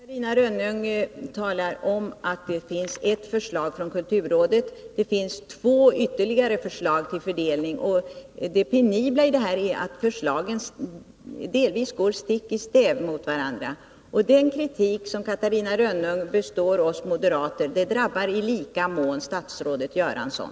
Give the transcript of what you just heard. Herr talman! Catarina Rönnung talar om att det finns ett förslag från kulturrådet. Men det finns två ytterligare förslag till fördelning. Det penibla är att förslagen delvis går stick i stäv mot varandra. Den kritik som Catarina Rönnung består oss moderater drabbar i lika mån statsrådet Göransson.